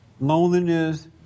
Loneliness